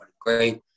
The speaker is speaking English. Great